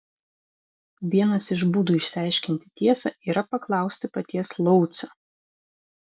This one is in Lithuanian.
vienas iš būdų išsiaiškinti tiesą yra paklausti paties laucio